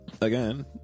again